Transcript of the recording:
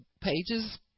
pages